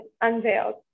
unveiled